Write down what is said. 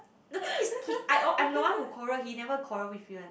the thing is he I'm the one who quarrel he never quarrel with me one